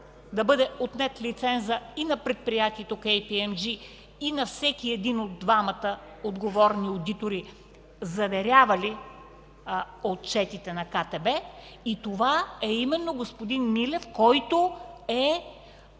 да бъде отнет лиценза на предприятието „Кей Пи Ем Джи” и на всеки един от двамата отговорни одитори, заверявали отчетите на КТБ. Това е именно господин Милев, който е